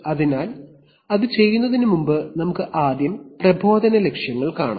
അതിനാൽ അത് ചെയ്യുന്നതിന് മുമ്പ് നമുക്ക് ആദ്യം പ്രബോധന ലക്ഷ്യങ്ങൾ കാണാം